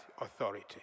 authority